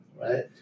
right